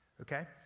okay